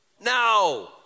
Now